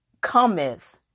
cometh